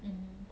mmhmm